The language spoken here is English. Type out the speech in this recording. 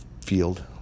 field